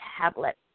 tablet